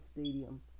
Stadium